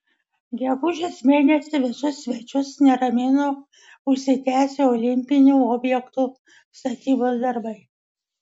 gegužės mėnesį visus svečius neramino užsitęsę olimpinių objektų statybos darbai